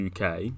UK